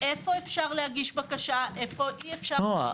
איפה אפשר להגיש בקשה, איפה לא.